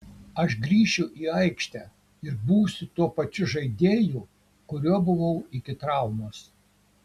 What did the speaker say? aš grįšiu į aikštę ir būsiu tuo pačiu žaidėju kuriuo buvau iki traumos